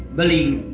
believe